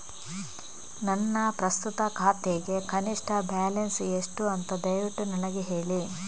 ನನ್ನ ಪ್ರಸ್ತುತ ಖಾತೆಗೆ ಕನಿಷ್ಠ ಬ್ಯಾಲೆನ್ಸ್ ಎಷ್ಟು ಅಂತ ದಯವಿಟ್ಟು ನನಗೆ ಹೇಳಿ